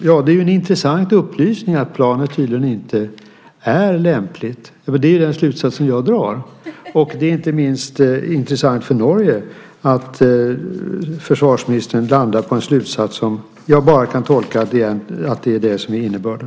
Ja, det är en intressant upplysning att planet tydligen inte är lämpligt. Det är den slutsatsen jag drar. Det är intressant, inte minst för Norge, att försvarsministern landar på denna slutsats. Jag kan bara tolka svaret så att det är det som är innebörden.